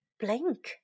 blink